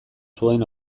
zuen